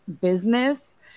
business